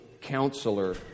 counselor